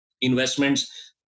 investments